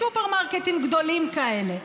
סופרמרקטים גדולים כאלה.